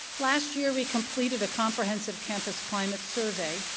last year, we completed a comprehensive campus climate survey,